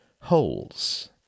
holes